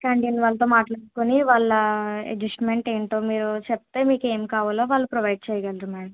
canteen వాళ్ళతో మాట్లాడుకుని వాళ్ళ అడ్జెస్ట్మెంట్ ఏంటో మీరు చెప్తే మీకు ఏమి కావాలో వాళ్ళు ప్రొవైడ్ చేయగలరు మేడం